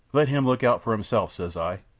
let him look out for himself, says i.